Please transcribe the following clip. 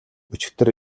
өчигдөр